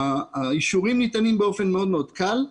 האישורים ניתנים באופן מאוד מאוד קל.